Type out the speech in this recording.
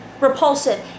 repulsive